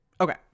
Okay